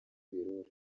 ibirura